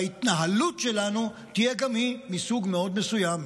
וההתנהלות שלנו תהיה גם היא מסוג מאוד מסוים.